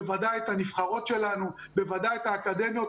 בוודאי את הנבחרות שלנו, את האקדמיות.